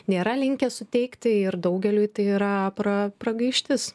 nėra linkę suteikti ir daugeliui tai yra pra pragaištis